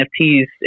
NFTs